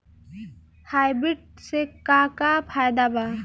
Hybrid से का का फायदा बा?